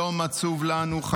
היום יום עצוב לנו.